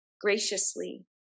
graciously